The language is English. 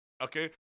Okay